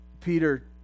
Peter